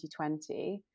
2020